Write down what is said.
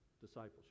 discipleship